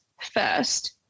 first